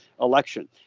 election